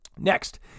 Next